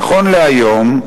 נכון להיום,